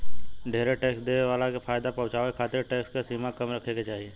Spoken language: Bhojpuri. ढेरे टैक्स देवे वाला के फायदा पहुचावे खातिर टैक्स के सीमा कम रखे के चाहीं